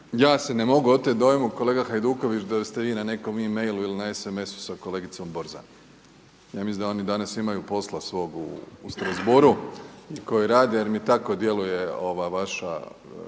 Ja se ne mogu oteti dojmu kolega Hajduković da ste vi na nekom mail-u ili sms-u sa kolegicom Borzan. Ja mislim da oni danas imaju posla svog u Strasbourgu koji rade jer mi tako djeluje ova vaša